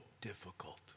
difficult